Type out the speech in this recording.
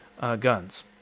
guns